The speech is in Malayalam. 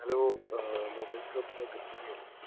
ഹലോ മൊബൈൽ ഷോപ്പിലെ ഗ്രിഗറിയല്ലേ